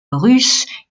russe